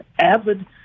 avid